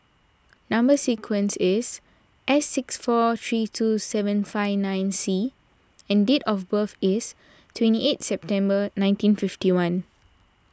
Number Sequence is S six four three two seven five nine C and date of birth is twenty eight September nineteen fifty one